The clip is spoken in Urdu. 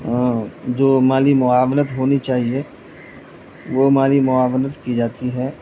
جو مالی معاونت ہونی چاہیے وہ مالی ماونت کی جاتی ہے